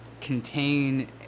contain